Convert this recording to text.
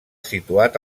situat